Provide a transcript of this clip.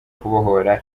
kubohora